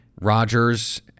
Rodgers